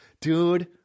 Dude